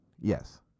yes